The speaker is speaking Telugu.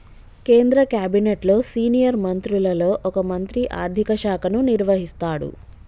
కేంద్ర క్యాబినెట్లో సీనియర్ మంత్రులలో ఒక మంత్రి ఆర్థిక శాఖను నిర్వహిస్తాడు